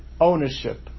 ownership